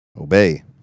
Obey